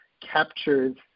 captures